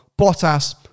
Bottas